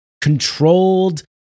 controlled